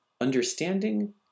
understanding